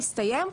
הסתיים,